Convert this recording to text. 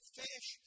fish